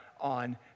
on